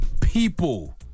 people